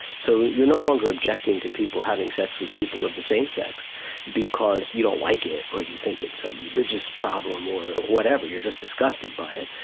so you are no longer objecting to people having sex with people of the same sex because you don't like it or you think it's a religious problem or whatever, you are just disgusted by it,